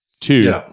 two